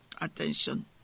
attention